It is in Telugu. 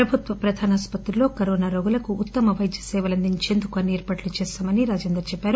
ప్రభుత్వ ప్రధాన ఆసుపత్రిలో కరోనా రోగులకు ఉత్తమ వైద్య సేవలందించుటకు అన్ని ఏర్పాట్లు చేశామని తెలిపారు